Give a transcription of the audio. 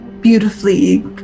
beautifully